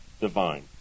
divine